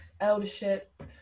eldership